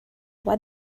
what